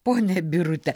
ponia birute